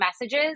messages